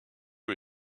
who